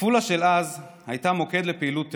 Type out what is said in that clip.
עפולה של אז הייתה מוקד לפעילות טרור,